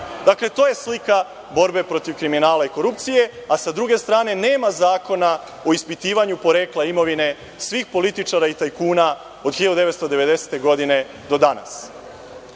je slika borbe protiv kriminala i korupcije, a sa druge strane nema zakona o ispitivanju porekla imovine svih političara i tajkuna od 1990. godine do